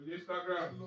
Instagram